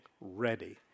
Ready